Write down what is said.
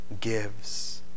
gives